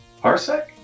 Parsec